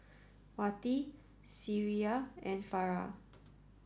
Wati Syirah and Farah